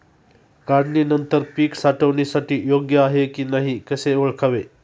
काढणी नंतर पीक साठवणीसाठी योग्य आहे की नाही कसे ओळखावे?